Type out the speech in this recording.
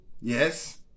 yes